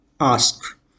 ask